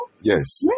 Yes